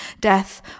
death